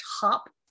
top